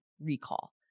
recall